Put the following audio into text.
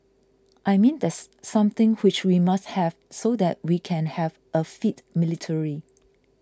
I mean that's something which we must have so that we can have a fit military